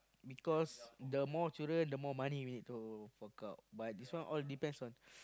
because the more children the more money you need to fork out but this one all depends on